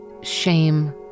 shame